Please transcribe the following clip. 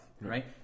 right